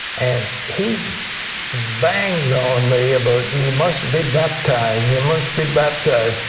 and he banged on me about you must be baptized. you must be baptized.